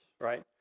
right